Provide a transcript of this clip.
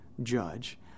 judge